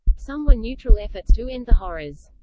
some were neutral efforts to end the horrors.